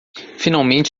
finalmente